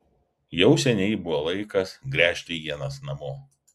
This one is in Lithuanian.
jau seniai buvo laikas gręžti ienas namo